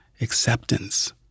acceptance